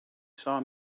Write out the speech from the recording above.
saw